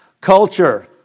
culture